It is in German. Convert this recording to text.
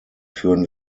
führen